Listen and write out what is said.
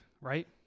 right